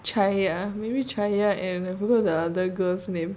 chaya maybe chaya and I forgot the other girl's name